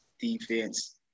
defense